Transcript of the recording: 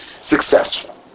successful